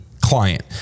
client